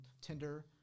Tinder